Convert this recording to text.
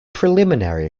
preliminary